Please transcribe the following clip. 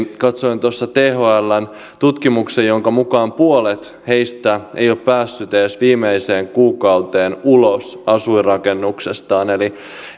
katsoin tuossa thln tutkimuksen jonka mukaan puolet heistä ei ole päässyt edes viimeiseen kuukauteen ulos asuinrakennuksestaan eli